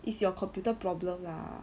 is your computer problem lah